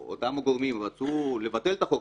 אם אותם גורמים היו רוצים לבטל את החוק,